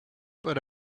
but